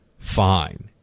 Fine